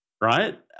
right